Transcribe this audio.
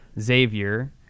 Xavier